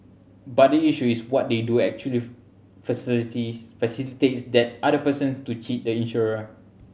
but the issue is what they do actually facilities facilitates that other person to cheat the insurer